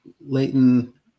Leighton